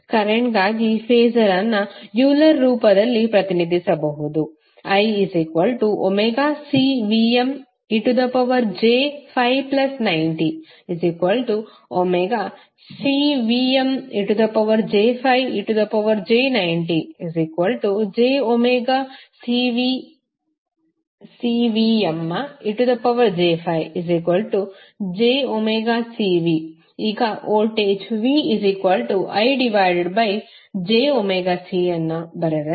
iωCVmcos ωt∅90 ಕರೆಂಟ್ಗಾಗಿ ಫಾಸರ್ ಅನ್ನು ಯೂಲರ್ ರೂಪದಲ್ಲಿ ಪ್ರತಿನಿಧಿಸಬಹುದು IωCVmej∅90ωCVmej∅ej90jωCVmej∅jωCV ಈಗ ವೋಲ್ಟೇಜ್ VIjωC ಅನ್ನು ಬರೆದರೆ